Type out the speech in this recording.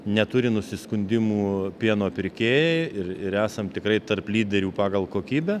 neturi nusiskundimų pieno pirkėjai ir ir esam tikrai tarp lyderių pagal kokybę